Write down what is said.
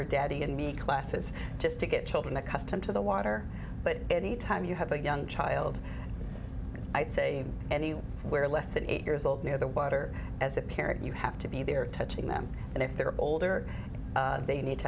or daddy and me classes just to get children accustomed to the water but any time you have a young child i'd say anywhere less than eight years old near the water as a parent you have to be there touching them and if they're older they need to